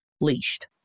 leashed